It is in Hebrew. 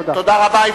תודה רבה.